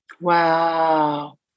Wow